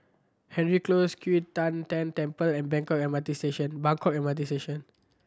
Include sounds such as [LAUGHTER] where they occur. Hendry Close Q Tian Tan Temple and [UNINTELLIGIBLE] M R T Station Buangkok M R T Station